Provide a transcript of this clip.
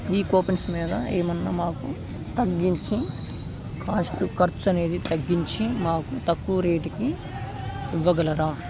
ఈ కూపెన్స్ మీద ఏమైనా మాకు తగ్గించి కాస్ట్ ఖర్చు అనేది తగ్గించి మాకు తక్కువ రేటుకి ఇవ్వగలరా